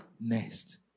next